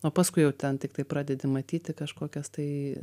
o paskui jau ten tiktai pradedi matyti kažkokias tai